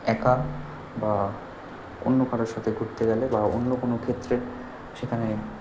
একা বা অন্য কারোর সাথে ঘুরতে গেলে বা অন্য কোনও ক্ষেত্রে সেখানে